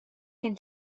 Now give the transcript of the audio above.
can